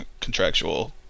contractual